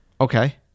Okay